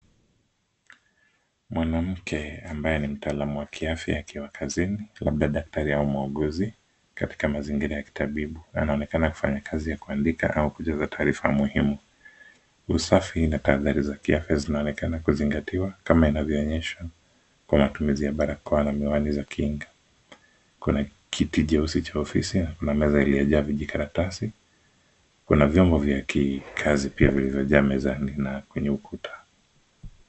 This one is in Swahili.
Mwanamke ambaye ni mtalam wa kiafya akiwa kazini, labda daktari au mauguzi, katika mazingira ya kitabibu. Anaonekana akifanya kazi ya kuandika au kujaza taarifa muhimu. Usafi na kaadhari za kiafya zinaonekana kuzingatiwa, kama inavyoonyesha kwa matumizi ya barakoa na miwani za king. Kuna kiti jeusi cha ofisi, kuna meza iliyojaa vijikaratasi, kuna vyombo vya ki kazi pia vilivyojaa mezani na kwenye ukuta.